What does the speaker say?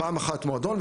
פעם אחת מועדון,